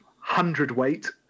hundredweight